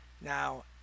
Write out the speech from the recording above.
now